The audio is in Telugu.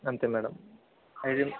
అంతే మేడం